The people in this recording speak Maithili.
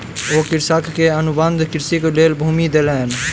ओ कृषक के अनुबंध कृषिक लेल भूमि देलैन